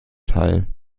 teil